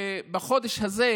שבחודש הזה